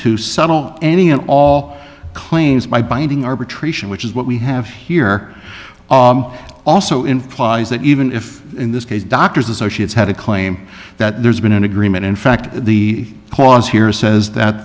to settle any and all claims by binding arbitration which is what we have here also implies that even if in this case doctors associates had a claim that there's been an agreement in fact the clause here says that